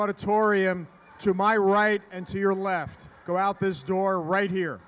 auditorium to my right and to your left go out this door right here